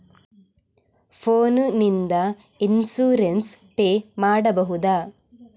Phone ನಿಂದ insurance pay ಮಾಡಬಹುದ?